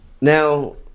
Now